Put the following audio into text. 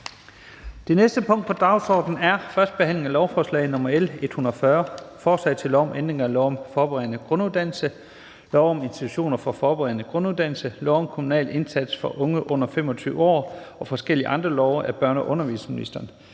Det næste punkt på dagsordenen er: 3) 1. behandling af lovforslag nr. L 140: Forslag til lov om ændring af lov om forberedende grunduddannelse, lov om institutioner for forberedende grunduddannelse, lov om kommunal indsats for unge under 25 år og forskellige andre love. (Mere fleksible rammer